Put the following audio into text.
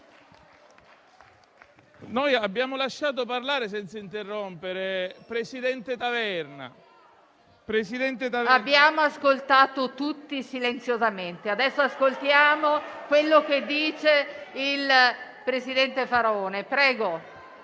Noi abbiamo lasciato parlare senza interrompere, presidente Taverna. PRESIDENTE. Abbiamo ascoltato tutti in silenzio. Adesso ascoltiamo quello che dice il presidente Faraone. Prego.